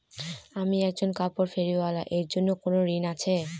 আমি একজন কাপড় ফেরীওয়ালা এর জন্য কোনো ঋণ আছে?